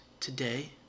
today